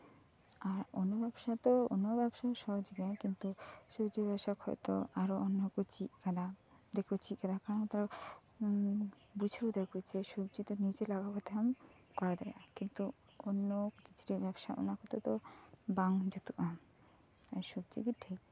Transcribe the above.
ᱟᱨ ᱮᱴᱟᱜ ᱵᱮᱵᱥᱟ ᱫᱚ ᱮᱴᱟᱜ ᱵᱮᱵᱥᱟ ᱦᱚᱸ ᱟᱞᱜᱟ ᱜᱮᱭᱟ ᱠᱤᱱᱛᱩ ᱥᱚᱵᱡᱤ ᱵᱮᱵᱥᱟ ᱠᱷᱚᱡ ᱫᱚ ᱟᱨᱦᱚᱸ ᱚᱱᱱᱚ ᱠᱚ ᱪᱮᱫ ᱠᱟᱫᱟ ᱢᱟᱱᱮ ᱵᱩᱡᱷᱟᱹᱣ ᱫᱟᱠᱚ ᱡᱮ ᱥᱚᱵᱡᱤ ᱫᱚ ᱱᱤᱡᱮ ᱞᱟᱜᱟᱣ ᱠᱟᱛᱮ ᱦᱚᱸᱢ ᱠᱚᱨᱟᱣ ᱫᱟᱲᱮᱣᱟᱜ ᱠᱤᱱᱛᱩ ᱚᱱᱱᱚ ᱠᱤᱪᱨᱤᱪ ᱵᱮᱵᱥᱟ ᱫᱚ ᱚᱱᱟ ᱠᱚᱫᱚ ᱵᱟᱝ ᱡᱩᱛᱩᱜᱼᱟ ᱥᱚᱵᱡᱤ ᱫᱚ ᱴᱷᱤᱠ ᱡᱩᱛᱩᱜᱼᱟ